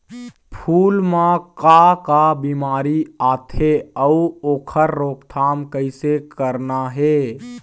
फूल म का का बिमारी आथे अउ ओखर रोकथाम कइसे करना हे?